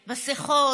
מסכות,